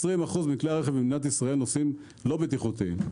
כ-20% מכלי הרכב הנוסעים במדינת ישראל אינם בטיחותיים.